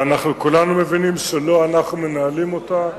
כולנו מבינים שלא אנחנו מנהלים אותה,